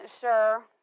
sure